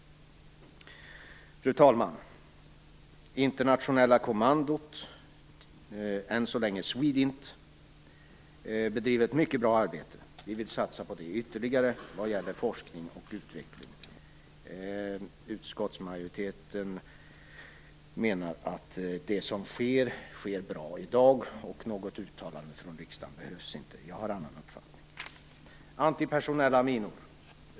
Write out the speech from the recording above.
Fru talman! Internationella kommandot, än så länge SWEDINT, bedriver ett mycket bra arbete. Vi vill satsa ytterligare på det när det gäller forskning och utveckling. Utskottsmajoriteten menar att det som sker i dag är bra och att något uttalande från riksdagen inte behövs. Jag har en annan uppfattning.